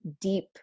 deep